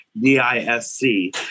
D-I-S-C